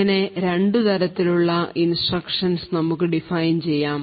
ഇങ്ങനെ രണ്ടു തരത്തിലുള്ള ഇൻസ്ട്രുക്ഷൻസ് നമുക്ക് ഡിഫൈൻ ചെയ്യാ